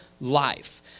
life